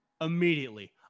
immediately